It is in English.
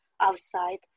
outside